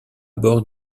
bord